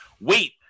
wait